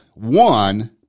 One